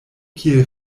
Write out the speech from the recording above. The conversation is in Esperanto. kiel